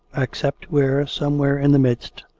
except where, somewhere in the midst,